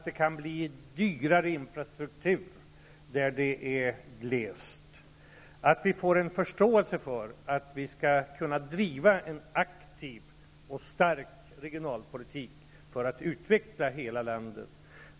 Det kan bli dyrare infrastruktur där det är glest. Vi måste få en förståelse för att vi skall kunna driva en aktiv och stark regionalpolitik för att utveckla hela landet.